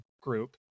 group